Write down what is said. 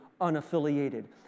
unaffiliated